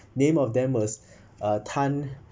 name of them was uh tan